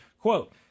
Quote